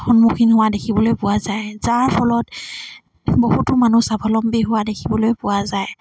সন্মুখীন হোৱা দেখিবলৈ পোৱা যায় যাৰ ফলত বহুতো মানুহ স্বাৱলম্বী হোৱা দেখিবলৈ পোৱা যায়